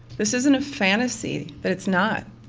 this isn't a fantasy that it's not.